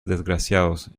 desgraciados